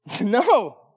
No